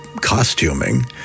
costuming